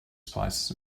spices